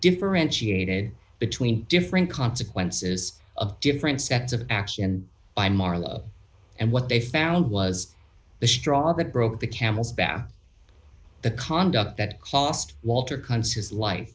differentiated between different consequences of different sets of action by marlowe and what they found was the straw that broke the camel's back the conduct that cost walter kuntz his li